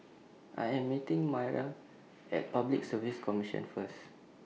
I Am meeting Maira At Public Service Commission First